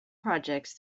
projects